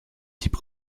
type